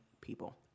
people